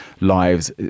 lives